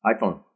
iPhone